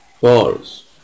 false